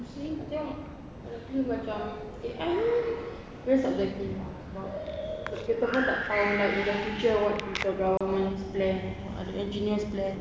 I think one dia macam A_I pun very subjective lah sebab kita orang tak tahu like in the future what is the government's plan what are the engineers' plan